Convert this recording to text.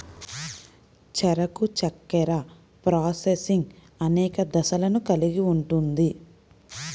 చెరకు చక్కెర ప్రాసెసింగ్ అనేక దశలను కలిగి ఉంటుంది